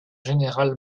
générale